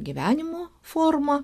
gyvenimo formą